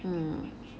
mm